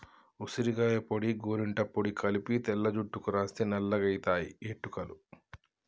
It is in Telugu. ఉసిరికాయ పొడి గోరింట పొడి కలిపి తెల్ల జుట్టుకు రాస్తే నల్లగాయితయి ఎట్టుకలు